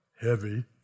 heavy